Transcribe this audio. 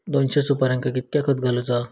दोनशे सुपार्यांका कितक्या खत घालूचा?